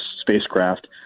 spacecraft